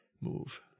move